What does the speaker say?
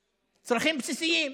שלהם, צרכים בסיסיים.